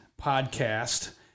podcast